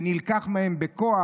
נלקחו מהם בכוח,